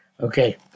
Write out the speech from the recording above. Okay